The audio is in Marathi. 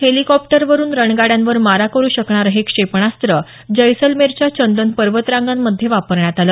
हेलिकॉप्टरवरुन रणगाड्यांवर मारा करु शकणारं हे क्षेपणास्त्र जैसलमेरच्या चंदन पर्वतरांगांमध्ये वापरण्यात आलं